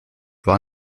war